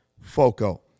FOCO